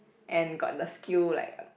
and got the skill like